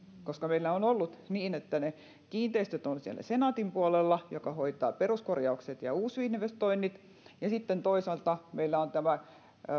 koska meillä on ollut niin että ne kiinteistöt ovat siellä senaatin puolella joka hoitaa peruskorjaukset ja uusinvestoinnit ja sitten toisaalta meillä on tämä